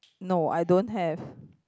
no I don't have